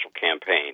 campaign